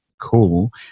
cool